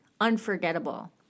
unforgettable